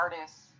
artists